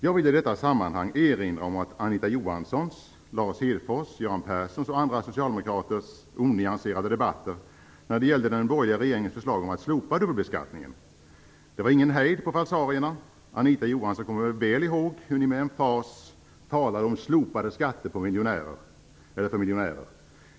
Jag vill i detta sammanhang erinra om Anita Johanssons, Lars Hedfors, Göran Perssons och andra socialdemokraters onyanserade debatter när det gällde den borgerliga regeringens förslag om att slopa dubbelbeskattningen. Det var ingen hejd på falsarierna. Anita Johansson kommer väl ihåg hur man med emfas talade om slopade skatter för miljonärer.